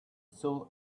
still